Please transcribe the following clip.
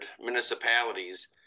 municipalities